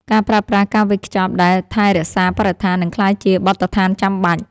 ការប្រើប្រាស់ការវេចខ្ចប់ដែលថែរក្សាបរិស្ថាន នឹងក្លាយជាបទដ្ឋានចាំបាច់។